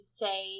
say